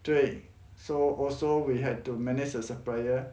对 so also we had to manage a supplier